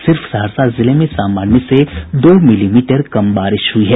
सिर्फ सहरसा जिले में सामान्य से दो मिलीमीटर कम बारिश हुई है